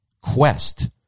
quest